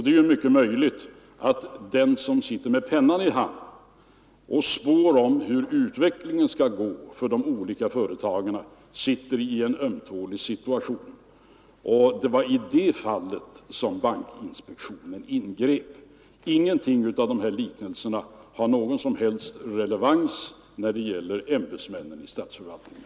Det är mycket möjligt att den som stemäns aktieinne — sitter med pennan i hand och spår om utvecklingen för de olika företagen hav befinner sig i en ömtålig situation, och det var i det fallet bankinspektionen ingrep. Inga av de här liknelserna har någon som helst relevans när det gäller ämbetsmännen i statsförvaltningen.